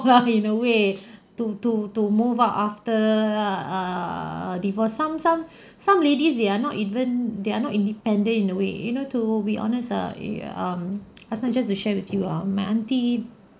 well in a way to to to move out after a err divorce some some some ladies they're not even they're not independent in a way you know to be honest err err um I just want to share with you ah my aunty